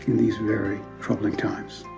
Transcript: these very troubling times.